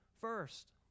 first